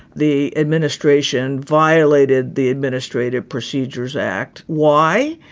the administration violated the administrative procedures act. why?